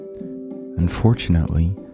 Unfortunately